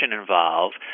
involved